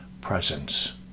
presence